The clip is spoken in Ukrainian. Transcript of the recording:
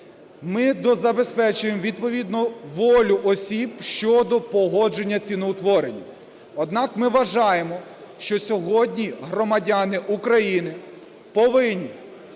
Ми дозабезпечуємо відповідно волю осіб щодо погодження ціноутворення. Однак ми вважаємо, що сьогодні громадяни України повинні